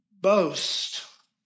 boast